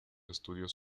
estudios